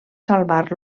salvar